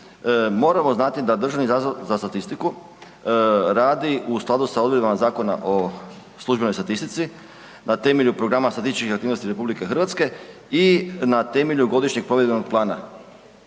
moramo znati da DZS radi u skladu sa odredbama Zakona o službenoj statistici na temelju programa statističkih aktivnosti RH i na temelju godišnjeg provedbenog plana